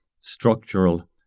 structural